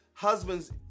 Husbands